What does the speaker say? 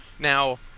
Now